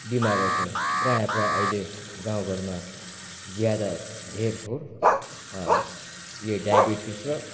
बिमारहरू छ प्रायः प्रायः अहिले गाउँघरमा ज्यादा धेरथोर यो डायबिटिज र